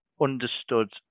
understood